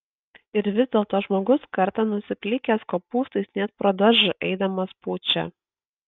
ir vis dėlto žmogus kartą nusiplikęs kopūstais net pro daržą eidamas pučia